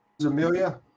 Amelia